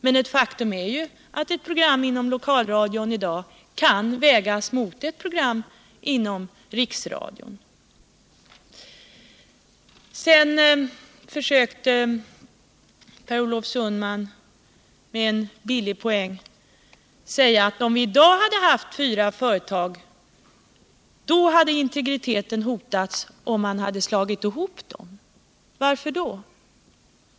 Men ett faktum är ju att ett program inom lokalradion kan vägas mot ett program inom riksradion. Per Olof Sundman försökte också vinna en billig poäng genom att säga att om vi i dag hade haft fyra företag och slagit ihop dem, då hade integriteten hotats. Varför?